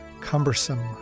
cumbersome